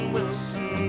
Wilson